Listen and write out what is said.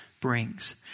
brings